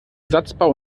satzbau